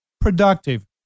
productive